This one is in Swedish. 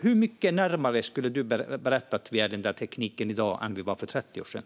Hur mycket närmare skulle du säga att vi är denna teknik i dag än vi var för 30 år sedan?